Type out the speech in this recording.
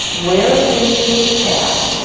where is the escape path?